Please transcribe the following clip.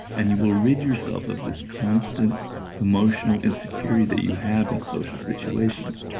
and you will rid yourself of this constant emotional insecurity that you have in social situations.